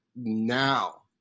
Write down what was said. Now